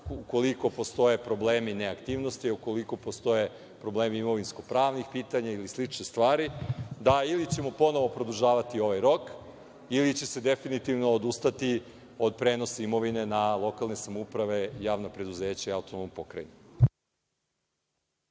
koji deo posla je pred nama, ukoliko postoje problemi imovinsko-pravnih pitanja ili slične stvari, da ili ćemo ponovo produžavati ovaj rok, ili će se definitivno odustati od prenosa imovine na lokalne samouprave, javna preduzeća i AP. **Maja